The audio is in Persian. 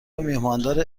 میهماندار